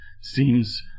seems